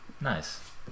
nice